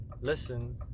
listen